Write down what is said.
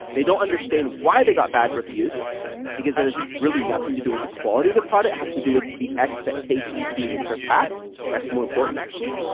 they don't understand why they got bad reviews because that is really nothing to do with the quality of the product, has to do with the expectations being surpassed that's more important actually,